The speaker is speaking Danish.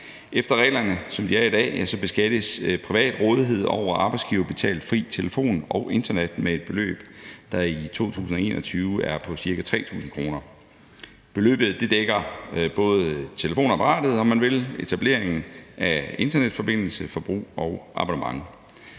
Efter reglerne, som de er i dag, beskattes privat rådighed over arbejdsgiverbetalt fri telefon og internet med et beløb, der i 2021 er på ca. 3.000 kr. Beløbet dækker både telefonapparatet, om man vil, etableringen af internetforbindelsen, forbruget og abonnementet.